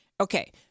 Okay